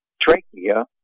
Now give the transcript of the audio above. trachea